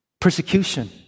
Persecution